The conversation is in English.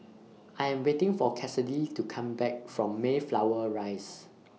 I Am waiting For Cassidy to Come Back from Mayflower Rise